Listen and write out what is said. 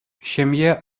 ҫемье